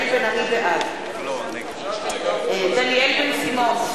בעד דניאל בן-סימון,